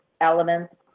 elements